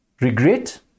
Regret